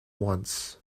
once